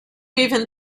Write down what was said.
even